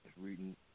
reading